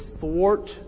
thwart